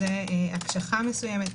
הקשחה מסוימת,